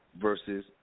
versus